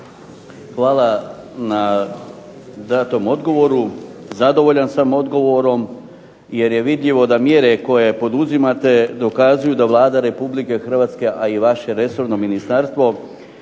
Hvala na datom odgovoru. Zadovoljan sam odgovorom, jer je vidljivo da mjere koje poduzimate dokazuju da Vlada Republike Hrvatske a i vaše resorno ministarstvo